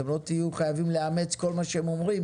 אתם לא תהיו חייבים לאמץ כל מה שהם אומרים,